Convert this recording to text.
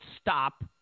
stop